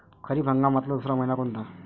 खरीप हंगामातला दुसरा मइना कोनता?